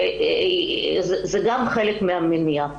זה גם חלק מהמניע.